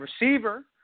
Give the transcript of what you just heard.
receiver